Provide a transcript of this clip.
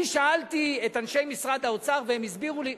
אני שאלתי את אנשי משרד האוצר, והם הסבירו לי,